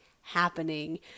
happening